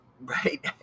right